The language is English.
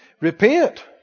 Repent